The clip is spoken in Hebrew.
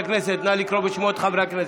סגנית מזכירת הכנסת, נא לקרוא בשמות חברי הכנסת.